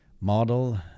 model